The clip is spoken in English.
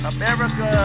America